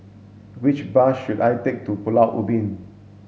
which bus should I take to Pulau Ubin